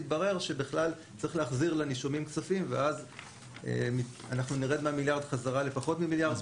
יתברר שצריך להחזיר לנישומים כספים ונרד ממיליארד לפחות ממיליארד.